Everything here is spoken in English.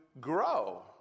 grow